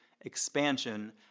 expansion